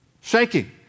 shaking